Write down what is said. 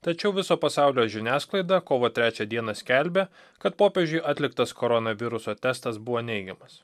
tačiau viso pasaulio žiniasklaida kovo trečią dieną skelbia kad popiežiui atliktas koronaviruso testas buvo neigiamas